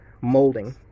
molding